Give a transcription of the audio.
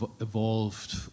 evolved